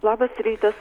labas rytas